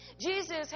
Jesus